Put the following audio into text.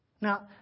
Now